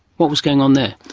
what was going on there?